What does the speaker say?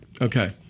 Okay